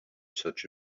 such